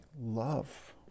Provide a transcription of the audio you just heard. love